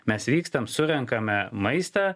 mes vykstam surenkame maistą